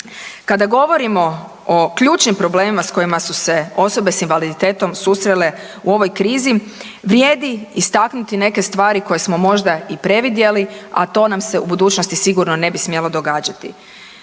Kada govorimo o ključnim problemima s kojima su se osobe s invaliditetom susrele u ovoj krizi vrijedi istaknuti neke stvari koje smo možda i previdjeli, a to nam se u budućnosti sigurno ne bi smjelo događati.